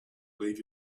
leave